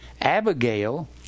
Abigail